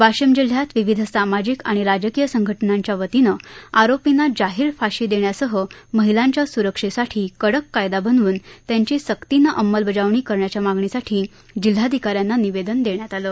वाशिम जिल्ह्यात विविध सामाजिक आणि राजकीय संघटनांच्यावतीनं आरोपींना जाहीर फाशी देण्यासह महिलांच्या सुरक्षेसाठी कडक कायदा बनवून त्याची सक्तीनं अंमलबजावणी करण्याच्या मागणीसाठी जिल्हाधिकाऱ्यांना निवेदन देण्यात आलं